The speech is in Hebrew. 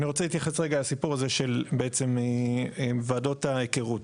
אני רוצה להתייחס רגע לסיפור הזה של בעצם ועדות ההיכרות.